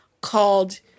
called